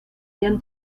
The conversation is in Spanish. hayan